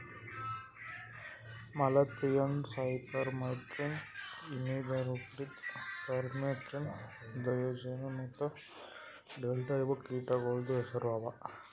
malathion, cypermethrin, imidacloprid, permethrin, diazinon ಮತ್ತ delta ಇವು ಕೀಟಗೊಳ್ದು ಹೆಸುರ್ ಅವಾ